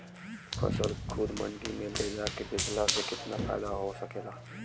फसल के खुद मंडी में ले जाके बेचला से कितना फायदा हो सकेला?